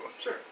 Sure